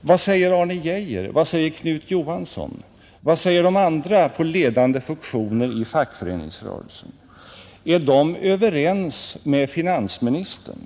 Vad säger Arne Geijer, vad säger Knut Johansson och vad säger de andra på ledande funktioner i fackföreningsrörelsen? Är de överens med finansministern